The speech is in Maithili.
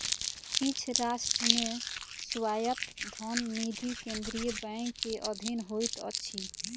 किछ राष्ट्र मे स्वायत्त धन निधि केंद्रीय बैंक के अधीन होइत अछि